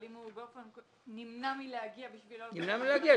אבל אם הוא נמנע מלהגיע --- אם הוא נמנע מלהגיע,